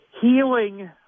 Healing